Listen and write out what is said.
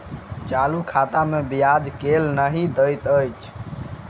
चालू खाता मे ब्याज केल नहि दैत अछि